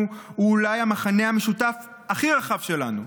הוא אולי המכנה המשותף הכי רחב שלנו.